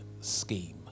scheme